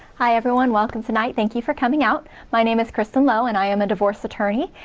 hi everyone! welcome tonight! thank you for coming out. my name is cristin lowe, and i am a divorce attorney,